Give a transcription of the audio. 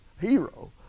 hero